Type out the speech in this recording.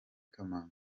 kamanzi